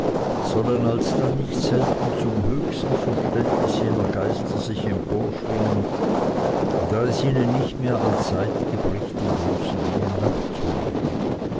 sollen alsdann nicht selten zum höchsten verständnis jener geister sich emporschwingen da es ihnen nicht mehr an zeit gebricht den großen dingen nachzuleben